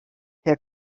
herr